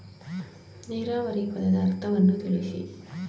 ನೀರಾವರಿ ಪದದ ಅರ್ಥವನ್ನು ತಿಳಿಸಿ?